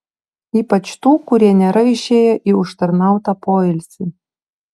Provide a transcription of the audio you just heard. ypač tų kurie nėra išėję į užtarnautą poilsį